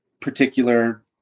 particular